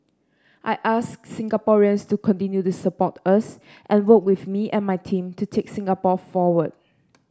I ask Singaporeans to continue to support us and work with me and my team to take Singapore forward